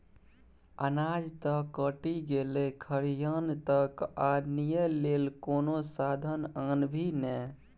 अनाज त कटि गेलै खरिहान तक आनय लेल कोनो साधन आनभी ने